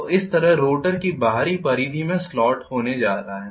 तो इस तरह रोटर की बाहरी परिधि में स्लॉट होने जा रहा है